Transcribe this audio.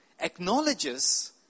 acknowledges